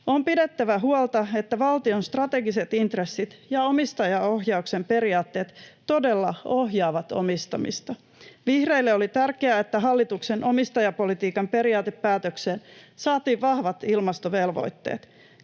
On pidettävä huolta, että valtion strategiset intressit ja omistajaohjauksen periaatteet todella ohjaavat omistamista. Vihreille oli tärkeää, että hallituksen omistajapolitiikan periaatepäätökseen saatiin vahvat ilmastovelvoitteet.